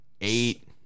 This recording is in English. eight